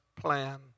plan